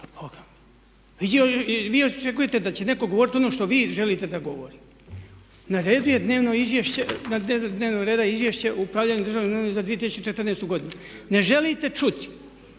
Vi očekujete da će netko govoriti ono što vi želite da govori? Na dnevnom redu je Izvješće o upravljanju državnom imovinom za 2014. godinu. Ne želite čuti